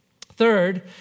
Third